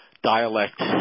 dialect